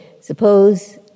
suppose